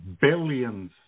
billions